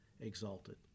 exalted